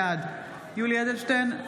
בעד יולי יואל אדלשטיין,